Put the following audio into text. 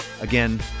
again